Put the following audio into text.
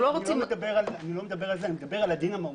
אני לא מדבר על זה, אני מדבר על הדין המהותי.